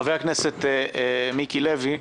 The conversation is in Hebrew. חבר הכנסת מיקי לוי.